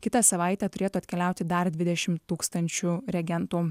kitą savaitę turėtų atkeliauti dar dvidešim tūkstančių reagentų